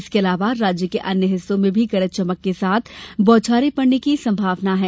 इसके अलावा राज्य के अन्य हिस्सों में भी गरज चमक के साथ बौछारें पड़ने की सम्भावना जताई है